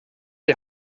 die